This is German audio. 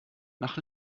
nach